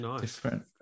different